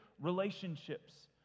relationships